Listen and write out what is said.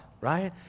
right